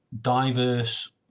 diverse